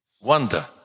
wonder